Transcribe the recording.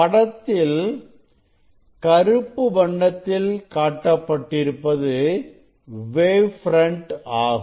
படத்தில் கருப்பு வண்ணத்தில் காட்டப்பட்டிருப்பது வேவ் ஃப்ரண்ட் ஆகும்